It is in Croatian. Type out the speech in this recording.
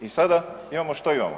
I sada imamo šta imamo.